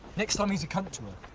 next time he's a cunt to her.